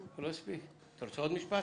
אתה רוצה עוד משפט?